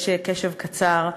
יש קשב קצר,